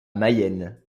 mayenne